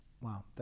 Wow